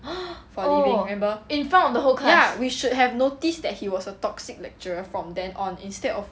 for leaving remember ya we should have noticed that he was a toxic lecturer from then on instead of